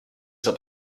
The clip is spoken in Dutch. dat